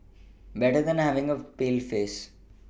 better than having a pale face